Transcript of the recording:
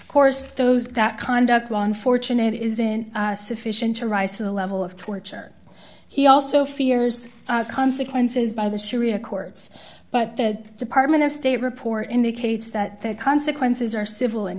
of course those that conduct long fortunate isn't sufficient to rise to the level of torture he also fears consequences by the sharia courts but the department of state report indicates that the consequences are civil in